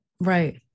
right